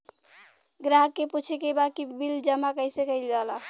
ग्राहक के पूछे के बा की बिल जमा कैसे कईल जाला?